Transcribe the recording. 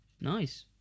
Nice